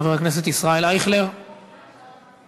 חבר הכנסת ישראל אייכלר, מוותר,